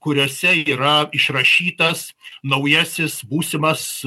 kuriuose yra išrašytas naujasis būsimas